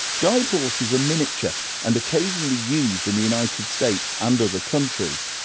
guide horses are miniature and occasionally used in the united states and other countries.